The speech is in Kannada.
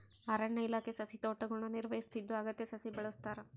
ಅರಣ್ಯ ಇಲಾಖೆ ಸಸಿತೋಟಗುಳ್ನ ನಿರ್ವಹಿಸುತ್ತಿದ್ದು ಅಗತ್ಯ ಸಸಿ ಬೆಳೆಸ್ತಾರ